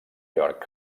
york